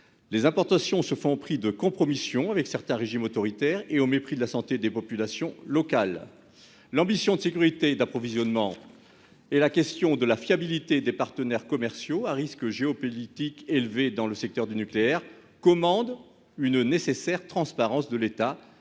Les importations se font au prix de compromissions avec certains régimes autoritaires, et au mépris de la santé des populations locales. L'ambition de sécurité de l'approvisionnement et la question de la fiabilité des partenaires commerciaux- un risque géopolitique élevé dans le secteur du nucléaire -commandent une nécessaire transparence de l'État